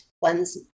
one's